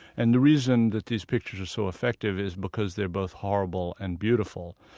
and the reason that these pictures are so effective is because they're both horrible and beautiful.